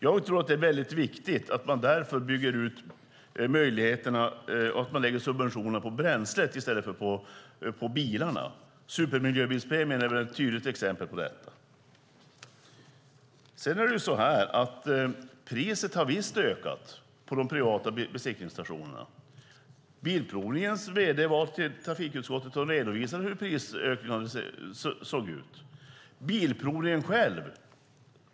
Jag tror att det är viktigt att man därför bygger ut möjligheterna att lägga subventionerna på bränslet i stället för på bilarna. Supermiljöbilspremien är ett tydligt exempel på detta. Priset har visst ökat på de privata besiktningsstationerna. Bilprovningens vd besökte trafikutskottet och redovisade hur prisökningen såg ut.